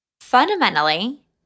Fundamentally